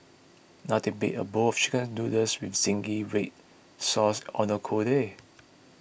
nothing beats a bowl of Chicken Noodles with Zingy Red Sauce on a cold day